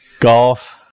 golf